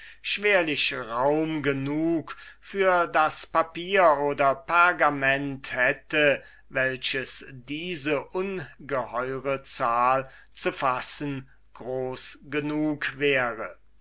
schwerlich raum genug für das papier oder pergament hätte welches diese ungeheure zahl zu fassen groß genug wäre